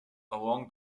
along